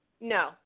No